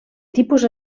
tipus